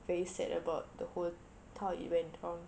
very sad about the whole how it went down